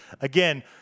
Again